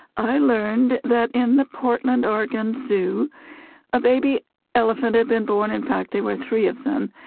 i learned that in the portland oregon zoo a baby elephant had been born. in fact, there were three of them,